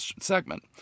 segment